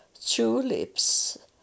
tulips